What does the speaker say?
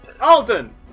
Alden